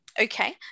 okay